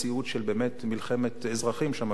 מציאות של באמת מלחמת אזרחים שם,